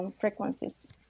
frequencies